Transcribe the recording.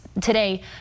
Today